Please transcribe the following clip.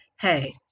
hey